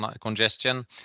congestion